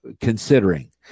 considering